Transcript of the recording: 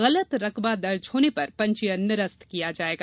गलत रकबा दर्ज होने पर पंजीयन निरस्त किया जायेगा